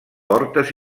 portes